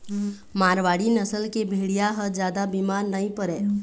मारवाड़ी नसल के भेड़िया ह जादा बिमार नइ परय